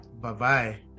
Bye-bye